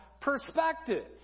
perspective